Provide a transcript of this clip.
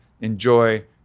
Enjoy